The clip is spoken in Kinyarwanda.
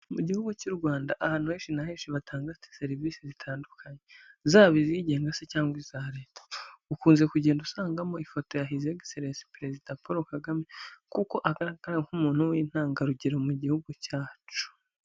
Mu gihugu cy'u Rwanda ahantu henshi na heshi batanga ifite serivisi zitandukanye zaba izigenga se cyangwa iza Leta, ukunze kugenda usangamo ifoto ya hizegiserensi perezida Paul Kagame kuko agaragara nk'umuntu w'intangarugero mu gihugu cyacu.